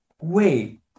Wait